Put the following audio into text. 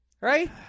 Right